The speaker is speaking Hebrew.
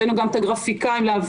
הבאנו גם את הגרפיקאים להבין,